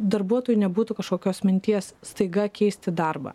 darbuotojui nebūtų kažkokios minties staiga keisti darbą